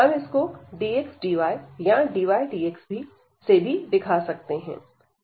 हम इसकोdx dy या dy dx से भी दिखा सकते हैं